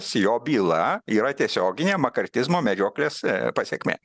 jo byla yra tiesioginė makartizmo medžioklės pasekmė